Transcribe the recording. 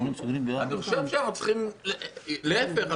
להיפך,